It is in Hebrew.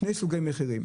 שני סוגי מחירים,